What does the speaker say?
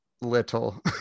little